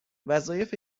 وظایف